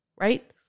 right